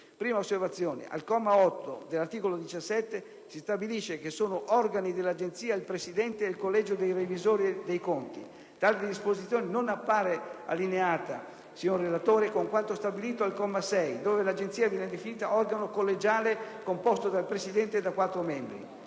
primo luogo, al comma 8 dell'articolo 17 si stabilisce che «sono organi dell'Agenzia il presidente e il collegio dei revisori dei conti». Tale disposizione non appare allineata, collega relatore, con quanto stabilito al comma 6, dove l'Agenzia viene definita «organo collegiale composto dal presidente e da quattro membri».